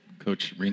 Coach